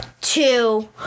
two